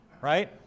right